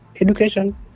education